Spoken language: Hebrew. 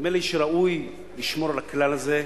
נדמה לי שראוי לשמור על הכלל הזה,